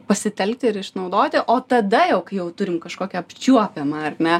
pasitelkti ir išnaudoti o tada jau kai jau turim kažkokią apčiuopiamą ar ne